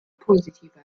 positiver